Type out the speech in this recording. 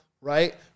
right